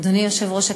אדוני היושב-ראש,